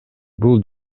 бул